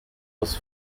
was